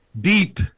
deep